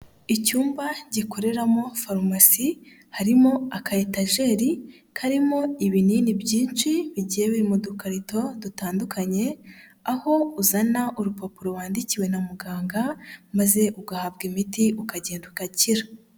Icyumba gikoreramo farumasi harimo akayetageri karimo ibinini byinshi bigewe mu dukarito dutandukanye aho uzana urupapuro wandikiwe na muganga maze ugahabwa imiti ukagenda ugakira.